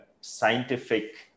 scientific